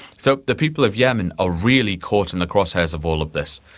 so the people of yemen are really caught in the crosshairs of all of this.